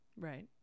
Right